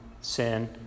sin